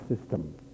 system